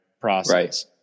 process